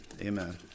amen